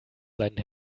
seinen